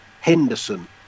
Henderson